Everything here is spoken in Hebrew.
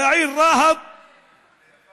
לעיר רהט והתנצל